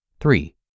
Three